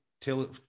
till